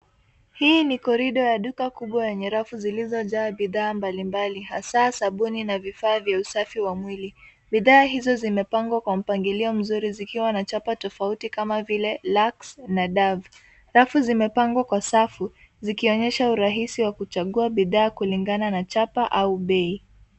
Hii ni korido ya duka kubwa yenye rafu zilizojaa bidhaa mbalimbali hasa sabuni na vifaa vya usafi wa mwili. Bidhaa hizo zimepangwa kwa mpangilio mzuri zikiwa na chapa tofauti kama vile Lux na Dove. Rafu zimepangwa kwa safu zikionyesha urahisi wa kuchagua bidhaa kulingana na chapa au bei.